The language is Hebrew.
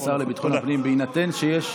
כבוד השר לביטחון הפנים, בהינתן שיש,